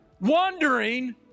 wondering